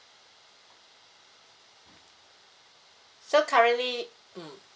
so currently mm